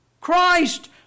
Christ